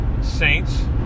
saints